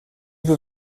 peux